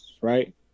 right